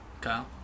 Kyle